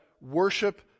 worship